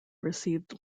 received